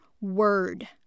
word